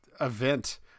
event